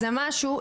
איזה משהו,